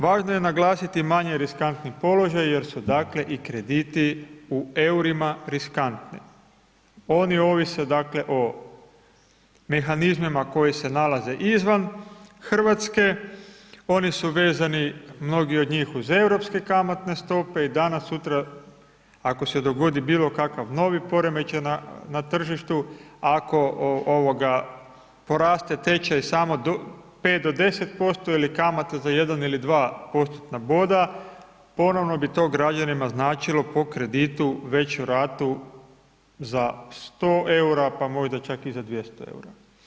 Važno je naglasiti manje riskantni položaj jer su dakle i krediti u EUR-ima riskantni, oni ovise dakle o mehanizmima koji se nalaze izvan Hrvatske, oni su vezani mnogi od njih uz europske kamatne stope i danas sutra ako se dogodi bilokakav novi poremećaj na tržištu, ako ovoga, poraste tečaj samo 5-10% ili kamate za 1 ili 2 postotna boda, ponovno bi to građanima značilo po kreditu veću ratu za 100 eura, pa možda čak i za 200 eura.